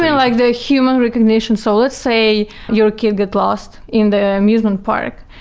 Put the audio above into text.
like the human recognition. so let's say your kid get lost in the amusement park,